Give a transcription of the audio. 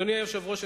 אדוני היושב-ראש,